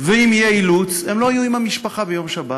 ואם יהיה אילוץ הם לא יהיו עם המשפחה ביום שבת,